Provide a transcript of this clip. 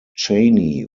chaney